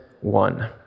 one